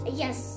yes